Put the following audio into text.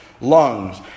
lungs